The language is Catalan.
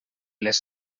les